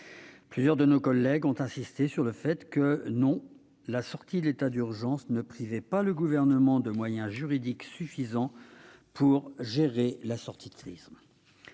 Plusieurs de nos collègues avaient insisté sur le fait que la sortie de l'état d'urgence ne privait pas le Gouvernement de moyens juridiques suffisants pour gérer la sortie de crise.